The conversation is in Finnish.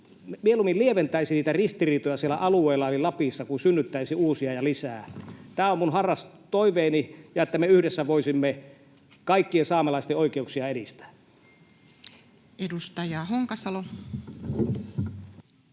mieluummin lieventäisi ristiriitoja siellä alueilla eli Lapissa kuin synnyttäisi uusia ja lisää. Tämä on minun harras toiveeni, että me yhdessä voisimme kaikkien saamelaisten oikeuksia edistää. Edustaja Honkasalo.